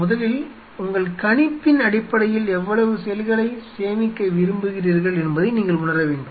முதலில் உங்கள் கணிப்பின் அடிப்படையில் எவ்வளவு செல்களை சேமிக்க விரும்புகிறீர்கள் என்பதை நீங்கள் உணர வேண்டும்